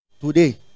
today